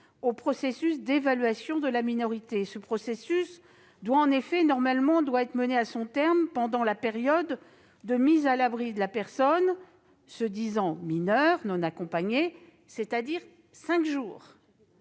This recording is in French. au processus d'évaluation de la minorité. En effet, ce processus doit normalement être mené à son terme durant la période de mise à l'abri de la personne se disant mineur non accompagné, c'est-à-dire cinq jours.